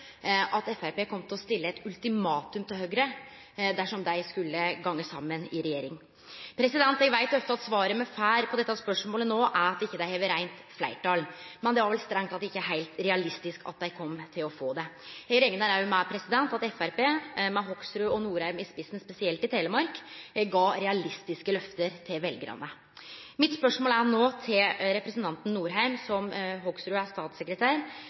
at Framstegspartiet kom til å stille eit ultimatum til Høgre dersom dei skulle gå saman i regjering. Eg veit at svaret me ofte får på dette spørsmålet nå, er at dei ikkje har reint fleirtal, men det var vel strengt tatt ikkje heilt realistisk at dei kom til å få det. Eg reknar òg med at Framstegspartiet med Hoksrud og Norheim i spissen, spesielt i Telemark, gav realistiske løfte til veljarane. Mitt spørsmål til representanten Norheim, sidan Hoksrud er statssekretær,